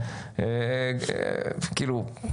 כאילו,